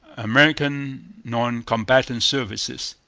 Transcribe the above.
american non-combatant services.